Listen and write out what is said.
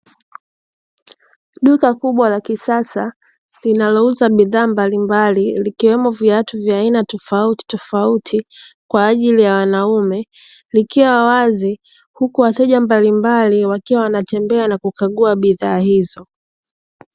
Duka kubwa la kisasa linalouza bidhaa mbalimbali likiwemo viatu vya aina tofauti tofauti kwaajili wanaume likiwa wazi. Huku wateja mbalimbali wakiwa wanatembea nakukagua bidhaa hizo.